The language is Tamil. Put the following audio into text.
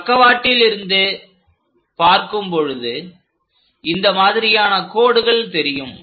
பக்கவாட்டில் இருந்து பார்க்கும் பொழுது இந்த மாதிரியான கோடுகள் தெரியும்